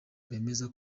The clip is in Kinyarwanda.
bemeza